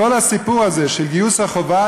כל הסיפור הזה של גיוס החובה,